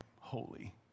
holy